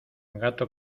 gato